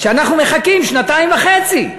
כשאנחנו מחכים שנתיים וחצי,